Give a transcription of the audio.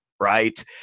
Right